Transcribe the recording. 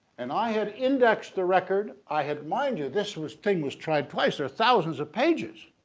and i had indexed the record. i had mind you this was, thing was tried twice there are thousands of pages.